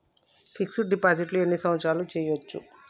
Fix డ్ deposit ఎన్ని సంవత్సరాలు చేయచ్చు?